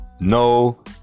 No